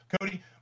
Cody